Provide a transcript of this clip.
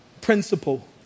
Principle